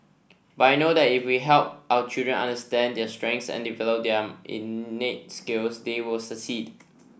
but I know that if we help our children understand their strengths and develop their innate skills they will succeed